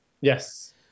Yes